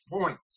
point